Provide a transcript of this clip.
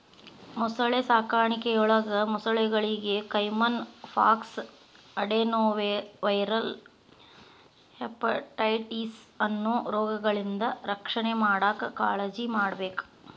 ಮೊಸಳೆ ಸಾಕಾಣಿಕೆಯೊಳಗ ಮೊಸಳೆಗಳಿಗೆ ಕೈಮನ್ ಪಾಕ್ಸ್, ಅಡೆನೊವೈರಲ್ ಹೆಪಟೈಟಿಸ್ ಅನ್ನೋ ರೋಗಗಳಿಂದ ರಕ್ಷಣೆ ಮಾಡಾಕ್ ಕಾಳಜಿಮಾಡ್ಬೇಕ್